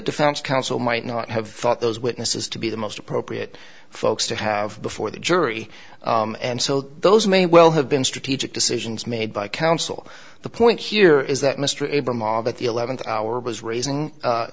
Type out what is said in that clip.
defense counsel might not have thought those witnesses to be the most appropriate folks to have before the jury and so those may well have been strategic decisions made by counsel the point here is that mr abrams that the eleventh hour was raising